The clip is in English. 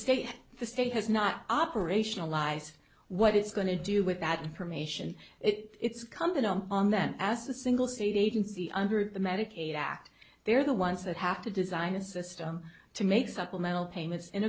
state the state has not operationalized what it's going to do with that information it's coming up on them as a single state agency under the medicaid act they're the ones that have to design a system to make supplemental payments in